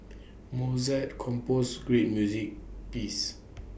Mozart composed great music pieces